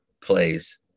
plays